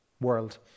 world